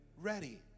ready